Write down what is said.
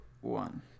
one